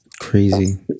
Crazy